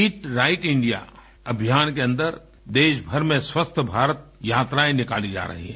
it right India अभियान के अन्दर देश भर में स्वस्थ भारत यात्राएं निकाली जा रही हैं